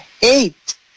hate